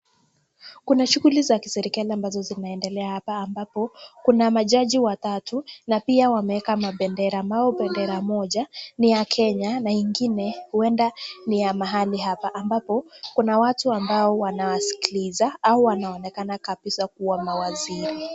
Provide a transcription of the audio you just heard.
Kuna shughuli za kiserikali ambazo zinaendelea hapa ambapo kuna majaji watatu na pia wameweka mabendera, ama bendera moja ni ya Kenya na ingine huenda ni ya mahali hapa ambapo kuna watu ambao wanasikiliza au wanaonekana kabisa kuwa mawaziri.